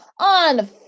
on